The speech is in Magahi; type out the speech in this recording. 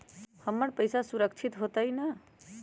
हमर पईसा सुरक्षित होतई न?